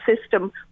system